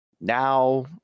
now